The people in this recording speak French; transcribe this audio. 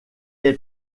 est